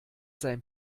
sein